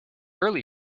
early